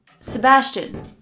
Sebastian